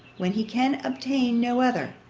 when he can obtain no other,